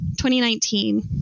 2019